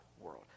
world